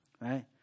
right